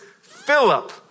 Philip